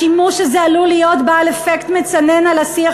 השימוש הזה עלול להיות בעל אפקט מצנן על השיח